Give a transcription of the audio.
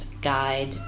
guide